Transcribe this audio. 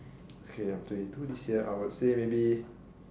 okay I am twenty two this year I would say maybe